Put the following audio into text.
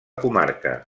comarca